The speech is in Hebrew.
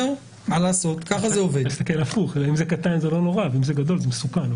אם זה קטן, זה לא נורא, ואם זה גדול זה מסוכן.